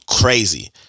crazy